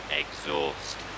exhaust